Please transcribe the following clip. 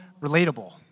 relatable